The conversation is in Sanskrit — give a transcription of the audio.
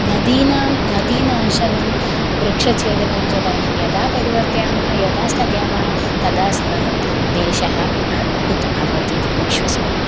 नदीनां नदीनाशनं वृक्षछेदनं ज वयं यदा परिवर्तयामः यदा स्थगयामः तदा अस्मकं देशः उत्तमः भवति इति अहं विश्वसिमि